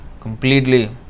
completely